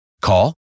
Call